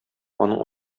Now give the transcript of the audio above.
аның